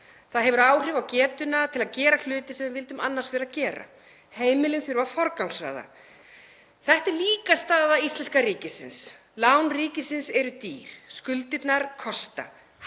Það hefur áhrif á getuna til að gera hluti sem við vildum annars vera að gera. Heimilin þurfa að forgangsraða. Þetta er líka staða íslenska ríkisins. Lán ríkisins eru dýr, skuldirnar kosta,